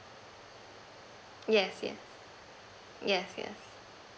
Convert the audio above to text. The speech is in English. yes yes yes yes